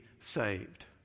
saved